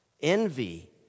envy